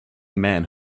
man